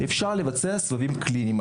אפשר לבצע סבבים קליניים.